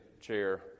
chair